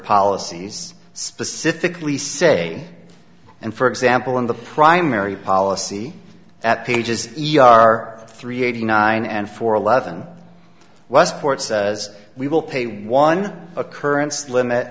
policies specifically say and for example in the primary policy at pages e r three eighty nine and four eleven westport says we will pay one occurence limit